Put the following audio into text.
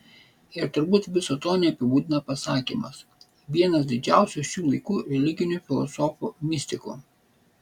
ir turbūt viso to neapibūdina pasakymas vienas didžiausių šių laikų religinių filosofų mistikų